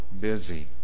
busy